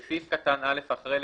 בסעיף קטן (א), אחרי "לקבוצות"